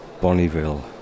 Bonneville